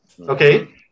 okay